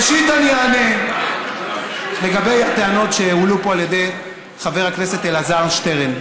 ראשית אני אענה לגבי הטענות שהועלו פה על ידי חבר הכנסת אלעזר שטרן.